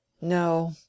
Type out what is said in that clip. No